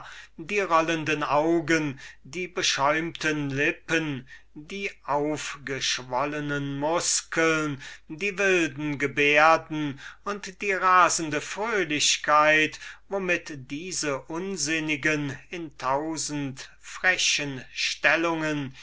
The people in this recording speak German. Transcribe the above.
die rollenden augen die beschäumten lippen und die aufgeschwollnen muskeln die wilden gebärden und die rasende fröhlichkeit mit der diese unsinnigen in frechen stellungen